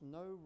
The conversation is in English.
no